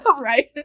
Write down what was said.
Right